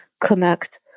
connect